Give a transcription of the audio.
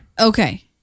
Okay